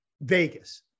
Vegas